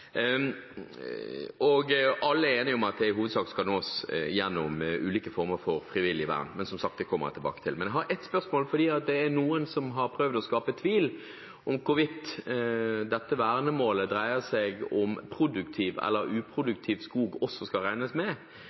pst.-målet. Alle er enige om at det i hovedsak skal nås gjennom ulike former for frivillig vern. Men, som sagt, det kommer jeg tilbake til. Men jeg har ett spørsmål: Det er noen som har prøvd å skape tvil om hvorvidt dette vernemålet dreier seg om produktiv skog, eller om uproduktiv skog også skal regnes med.